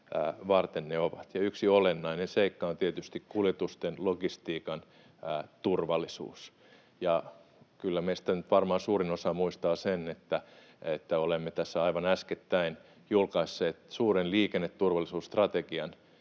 varten ne ovat, ja yksi olennainen seikka on tietysti kuljetusten, logistiikan, turvallisuus. Ja kyllä meistä nyt varmaan suurin osa muistaa sen, että olemme tässä aivan äskettäin julkaisseet suuren liikenneturvallisuusstrategian,